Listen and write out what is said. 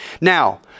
Now